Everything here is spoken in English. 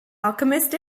alchemist